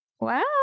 Wow